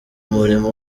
umurimo